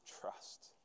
trust